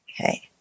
Okay